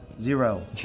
zero